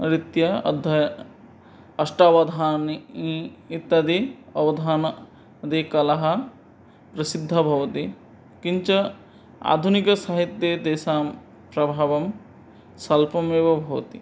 अदित्य अद्ध अष्टावधानी इ इत्यादि अवधान आदिकला प्रसिद्धा भवति किञ्च आधुनिकसाहित्ये तेषां प्रभावः स्वल्पमेव भवति